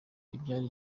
ibyari